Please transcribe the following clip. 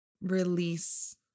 release